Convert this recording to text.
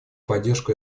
поддержку